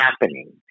happening